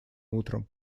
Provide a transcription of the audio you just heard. утром